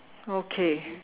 okay